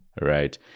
right